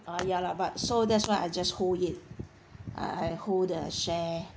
ah ya lah but so that's why I just hold it I I hold the shares